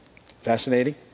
fascinating